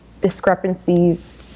discrepancies